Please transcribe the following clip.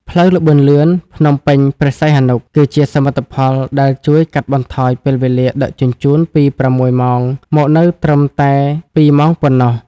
ផ្លូវល្បឿនលឿនភ្នំពេញ-ព្រះសីហនុ គឺជាសមិទ្ធផលដែលជួយកាត់បន្ថយពេលវេលាដឹកជញ្ជូនពី ៦ ម៉ោង មកនៅត្រឹមតែ ២ ម៉ោងប៉ុណ្ណោះ។